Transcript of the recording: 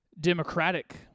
Democratic